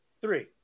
three